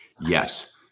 Yes